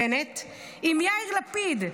עם יאיר לפיד,